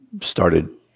started